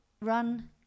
run